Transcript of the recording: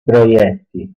proietti